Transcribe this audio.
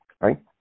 right